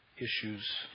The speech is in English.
issues